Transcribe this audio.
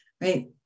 right